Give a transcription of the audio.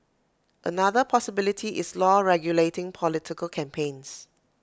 another possibility is law regulating political campaigns